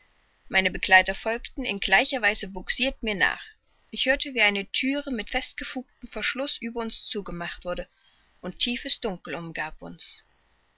meine begleiter folgten in gleicher weise bugsirt mir nach ich hörte wie eine thüre mit festgefugtem verschluß über uns zugemacht wurde und tiefes dunkel umgab uns